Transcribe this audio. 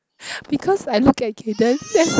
because I look at kayden then